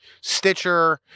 Stitcher